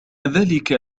ذلك